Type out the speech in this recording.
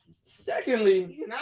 Secondly